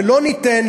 ולא ניתן,